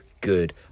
good